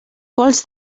pols